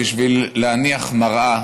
בשביל להניח מראה